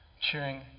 cheering